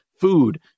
food